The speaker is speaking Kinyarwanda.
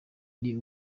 ari